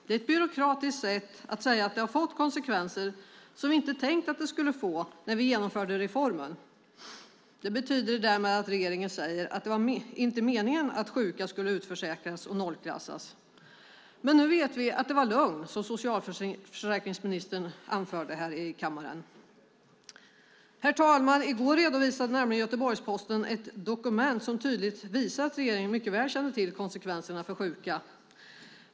Det är ett byråkratiskt sätt att säga att det har fått konsekvenser som vi inte tänkte att det skulle få när vi genomförde reformen." Det betyder därmed att regeringen säger att det inte var meningen att sjuka skulle utförsäkras och nollklassas. Nu vet vi, herr talman, att det som socialförsäkringsministern anförde här i kammaren var lögn. I går redovisade nämligen Göteborgs-Posten ett dokument som tydligt visar att regeringen mycket väl kände till konsekvenserna för sjuka.